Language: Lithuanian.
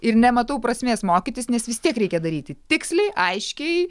ir nematau prasmės mokytis nes vis tiek reikia daryti tiksliai aiškiai